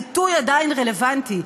העיתוי עדיין רלוונטי.